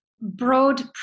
broad